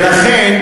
ולכן